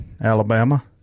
Alabama